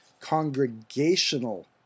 Congregational